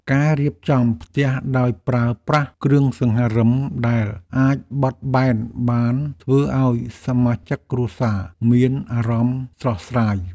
ការរៀបចំផ្ទះដោយប្រើប្រាស់គ្រឿងសង្ហារិមដែលអាចបត់បែនបានធ្វើឱ្យសមាជិកគ្រួសារមានអារម្មណ៍ស្រស់ស្រាយ។